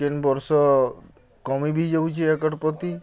କେନ୍ ବର୍ଷ କମି ବି ଯାଉଛେ ଏକର୍ ପ୍ରତି